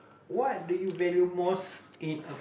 what do you value most in a